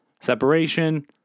Separation